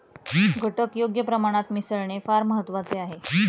घटक योग्य प्रमाणात मिसळणे फार महत्वाचे आहे